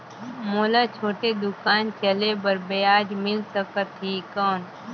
मोला छोटे दुकान चले बर ब्याज मिल सकत ही कौन?